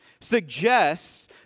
suggests